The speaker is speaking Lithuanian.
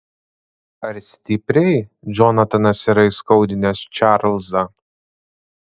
ar stipriai džonatanas yra įskaudinęs čarlzą